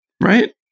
Right